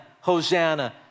Hosanna